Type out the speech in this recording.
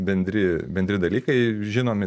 bendri bendri dalykai žinomi